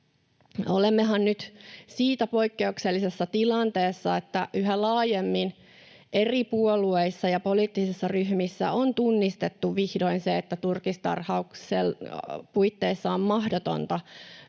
Olemmehan nyt siitä poikkeuksellisessa tilanteessa, että yhä laajemmin eri puolueissa ja poliittisissa ryhmissä on tunnistettu vihdoin se, että turkistarhauksen puitteissa on mahdotonta